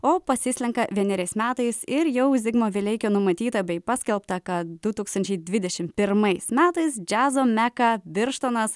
o pasislenka vieneriais metais ir jau zigmo vileikio numatyta bei paskelbta kad du tūkstančiai dvidešim pirmais metais džiazo meka birštonas